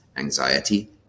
Anxiety